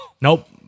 Nope